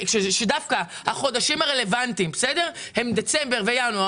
שדווקא החודשים הרלוונטיים הם דצמבר וינואר